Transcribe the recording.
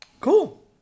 Cool